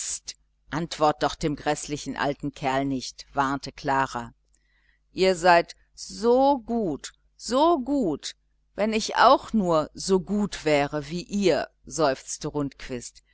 antwort doch dem gräßlichen alten kerl nicht warnte klara ihr seid so gut so gut wenn ich nur auch so gut wäre wie ihr seufzte